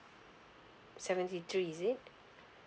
seventy three is it